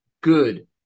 good